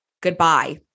goodbye